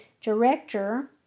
director